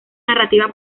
narrativa